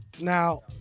Now